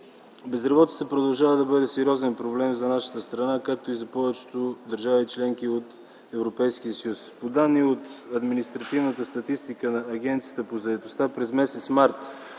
Безработицата продължава да бъде сериозен проблем за нашата страна, както и за повечето държави – членки на Европейския съюз. По данни от административната статистика на Агенцията по заетостта през м. март